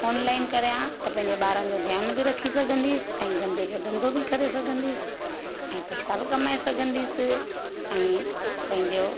online कयां त पंहिंजे ॿारनि जो ध्यान बि रखी सघंदसि ऐं धंधे जो धंधो बि करे सघंदसि ऐं पैसा बि कमाए सघंदसि ऐं पंहिंजो